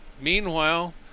Meanwhile